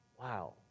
Wow